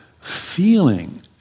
feeling